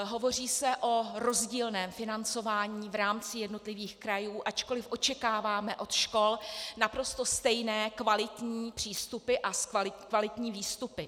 Hovoří se o rozdílném financování v rámci jednotlivých krajů, ačkoliv očekáváme od škol naprosto stejné kvalitní přístupy a kvalitní výstupy.